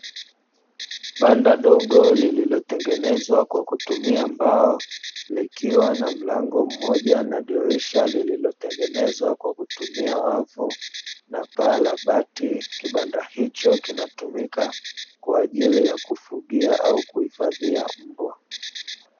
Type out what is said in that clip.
Banda dogo lililotengenezwa kwa kutumia mbao, likiwa na mlango mmoja na dirisha lililotengenezwa kwa kutumia wavu, na paa labati kibanda hicho kinatumika kwa ajili ya kufugia au kuhifadhia mbwa.